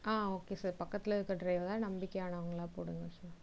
okay sir பக்கத்தில் இருக்க driver தான் நம்பிக்கையானவங்களா போடுங்க சார்